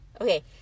Okay